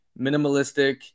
minimalistic